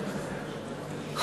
כן, כן.